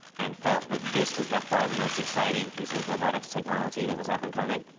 and felt that this was by far the most exciting piece of robotics technology that was up and coming.